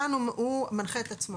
כאן משרד הבריאות מנחה את עצמו.